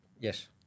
Yes